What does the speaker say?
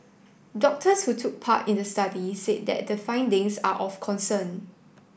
doctors who took part in the study said that the findings are of concern